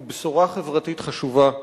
הוא בשורה חברתית חשובה,